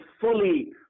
fully